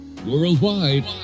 Worldwide